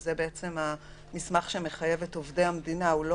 שזה המסמך שמחייב את עובדי המדינה הוא לא